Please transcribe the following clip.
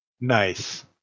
nice